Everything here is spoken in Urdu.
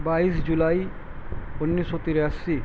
بائیس جولائی انیس سو تراسی